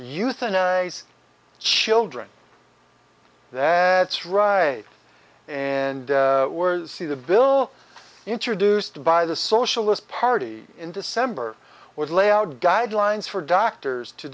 euthanize children that's right and we're see the bill introduced by the socialist party in december would lay out guidelines for doctors to